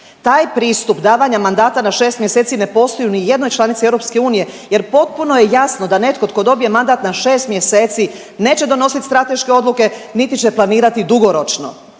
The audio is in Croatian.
Taj pristup davanja mandata na 6 mjeseci ne postoji ni u jednoj članici EU jer potpuno je jasno da netko tko dobije mandat na 6 mjeseci neće donosit strateške odluke, niti će planirati dugoročno.